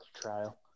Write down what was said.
trial